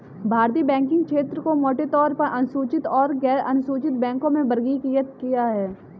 भारतीय बैंकिंग क्षेत्र को मोटे तौर पर अनुसूचित और गैरअनुसूचित बैंकों में वर्गीकृत किया है